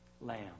Lamb